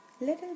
little